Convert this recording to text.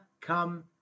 come